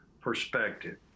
perspective